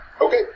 Okay